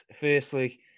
firstly